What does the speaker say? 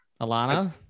Alana